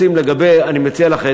אני מציע לך,